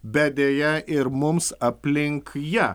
bet deja ir mums aplink ją